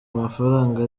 amafaranga